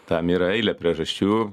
tam yra eilė priežasčių